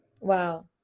Wow